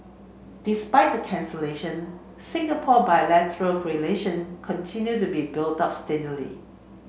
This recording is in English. despite the cancellation Singapore bilateral relation continued to be built up steadily